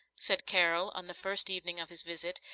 said carol, on the first evening of his visit,